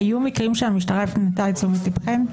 היו מקרים שהמשטרה הפנתה את תשומת לבכם?